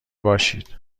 باشید